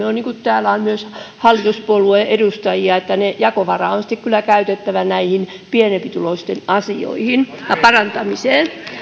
on myös hallituspuolueiden edustajia täytyy tunnustaa että maassamme se jakovara on sitten kyllä käytettävä näiden pienempituloisten asioiden parantamiseen